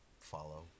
follow